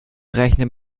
rechnet